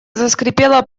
заскрипела